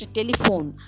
telephone